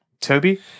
Toby